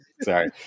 Sorry